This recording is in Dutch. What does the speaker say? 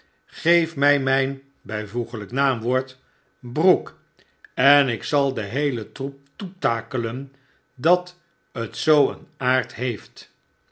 geef mij myn byvl n w broek en ik zal den heelen troep toetakelen dat t zoo een aard heeft